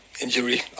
injury